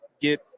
get